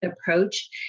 approach